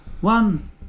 one